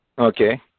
Okay